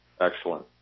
Excellent